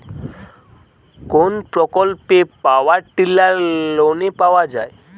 কোন প্রকল্পে power tiller লোনে পাওয়া য়ায়?